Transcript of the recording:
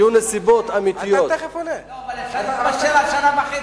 היו נסיבות אמיתיות, נתפשר על שנה וחצי.